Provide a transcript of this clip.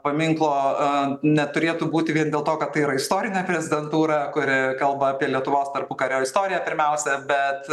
paminklo a neturėtų būti vien dėl to kad tai yra istorinė prezidentūra kuri kalba apie lietuvos tarpukario istoriją pirmiausia bet